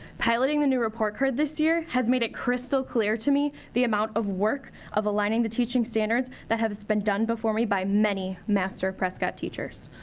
piloting the new report card this year, has made it crystal-clear to me the amount of work of aligning the teaching standards that has been done before me by many master prescott teachers.